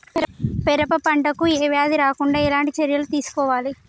పెరప పంట కు ఏ వ్యాధి రాకుండా ఎలాంటి చర్యలు తీసుకోవాలి?